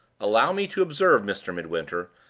allow me to observe, mr. midwinter,